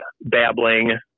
babbling